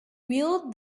wheeled